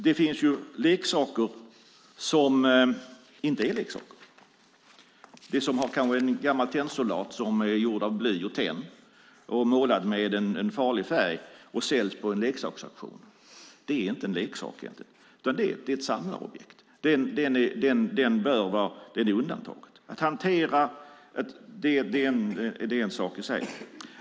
Det finns leksaker som inte är leksaker. En gammal tennsoldat som är gjord av bly och tenn och målad med en farlig färg som säljs på en leksaksauktion är inte en leksak. Det är ett samlarobjekt, och den är undantagen. Det är en sak för sig.